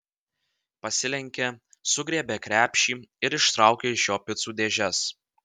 pasilenkė sugriebė krepšį ir ištraukė iš jo picų dėžes